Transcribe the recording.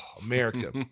America